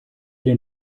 den